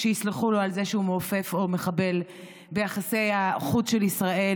שיסלחו לו על זה שהוא מעופף או מחבל ביחסי החוץ של ישראל.